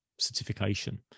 Certification